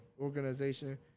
organization